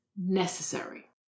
necessary